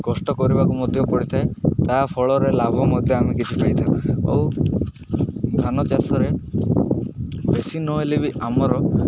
କଷ୍ଟ କରିବାକୁ ମଧ୍ୟ ପଡ଼ିଥାଏ ତା ଫଳରେ ଲାଭ ମଧ୍ୟ ଆମେ କିଛି ପାଇଥାଉ ଆଉ ଧାନ ଚାଷରେ ବେଶି ନହେଲେ ବି ଆମର